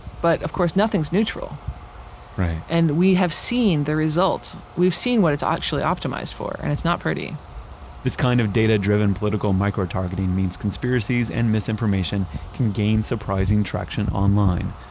but of course, nothing's neutral right and we have seen the results. we've seen what it's actually optimized for, and it's not pretty this kind of data-driven political micro-targeting means conspiracies and misinformation can gain surprising traction online.